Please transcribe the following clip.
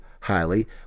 highly